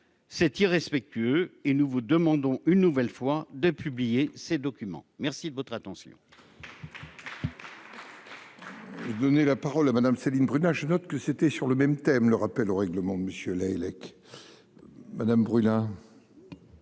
c'est irrespectueux et nous vous demandons une nouvelle fois de publier ces documents. Merci de votre attention. Donner la parole à Madame Céline Bruna je note que c'était sur le même thème, le rappel au règlement de monsieur Lahellec. Madame brûle